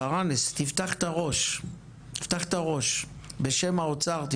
ברנס, תפתח את הראש בשם האוצר.